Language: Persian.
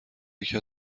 یکی